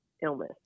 illness